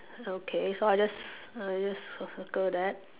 okay so I just I just cir~ circle that